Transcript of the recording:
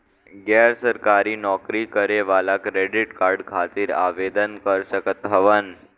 गैर सरकारी नौकरी करें वाला क्रेडिट कार्ड खातिर आवेदन कर सकत हवन?